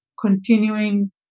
continuing